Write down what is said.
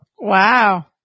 Wow